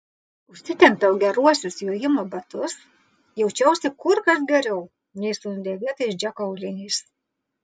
užsitempiau geruosius jojimo batus jaučiausi kur kas geriau nei su nudėvėtais džeko auliniais